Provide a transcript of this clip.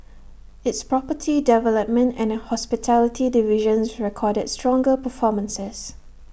its property development and hospitality divisions recorded stronger performances